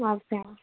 సోఫ్తా